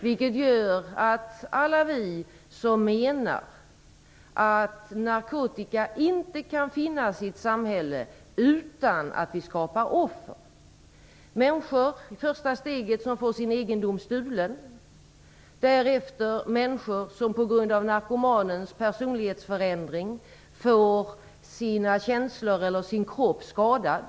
Det gör att alla vi som menar att narkotika inte kan finnas i ett samhälle utan att vi skapar offer måste reagera. Det handlar i första steget om människor som får sin egendom stulen. Därefter kommer de människor som på grund av narkomanens personlighetsförändring får sina känslor eller sin kropp skadad.